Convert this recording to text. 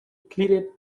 pleaded